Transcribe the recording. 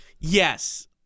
Yes